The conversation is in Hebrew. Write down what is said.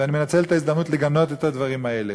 ואני מנצל את ההזדמנות לגנות את הדברים האלה.